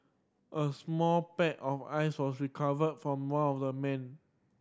a small pack of ice was recovered from one of the men